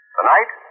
Tonight